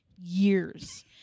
years